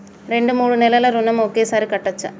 రెండు మూడు నెలల ఋణం ఒకేసారి కట్టచ్చా?